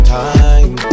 time